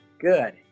Good